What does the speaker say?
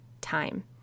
time